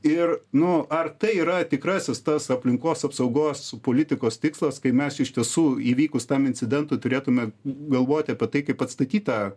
ir nu ar tai yra tikrasis tas aplinkos apsaugos politikos tikslas kai mes iš tiesų įvykus tam incidentui turėtume galvoti apie tai kaip atstatyt tą